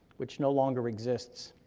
which no longer exists.